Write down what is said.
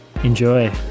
Enjoy